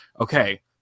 okay